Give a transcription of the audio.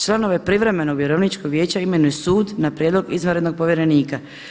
Članove privremenog vjerovničkog vijeća imenuje sud na prijedlog izvanrednog povjerenika.